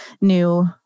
new